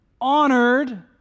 honored